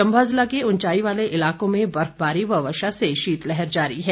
चंबा जिला के उंचाई वाले इलाकों में बर्फबारी व वर्षा से शीतलहर जारी है